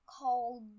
called